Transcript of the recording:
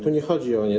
Tu nie chodzi o nie.